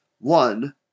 one